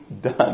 done